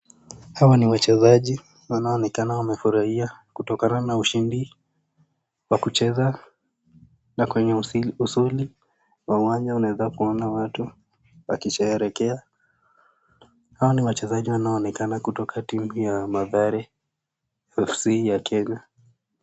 Hawa ni wachezaji wanaonekana wamefurahia kutokana na ushindi wa kucheza. Na kwenye usuli wa uwanja tunaona watu wakisheherekea. Hawa ni wachezaji wanaonekana kutoka katika timu ya Mathare F.C ya Kenya.